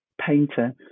painter